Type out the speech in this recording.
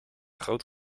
groot